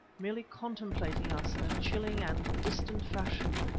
merely contemplating us in a chilling and distant fashion,